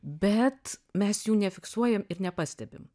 bet mes jų nefiksuojam ir nepastebim